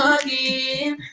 again